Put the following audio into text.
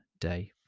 day